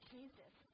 Jesus